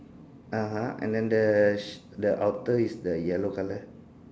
(uh huh) and then the outer is the yellow colour